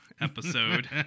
episode